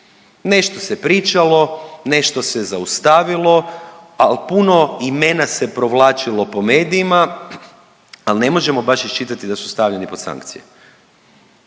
Nešto se pričalo, nešto se zaustavilo, al puno imena se provlačilo po medijima, al ne možemo baš iščitati da su stavljeni pod sankcije.